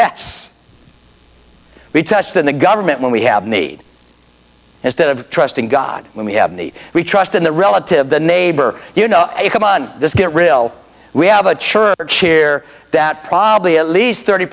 s we trust in the government when we have need instead of trusting god when we have the we trust in the relative the neighbor you know come on this get real we have a church here that probably at least thirty